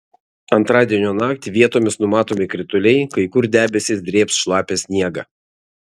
antradienio naktį vietomis numatomi krituliai kai kur debesys drėbs šlapią sniegą